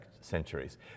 centuries